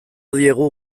diegu